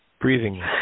Breathing